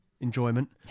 enjoyment